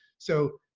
so,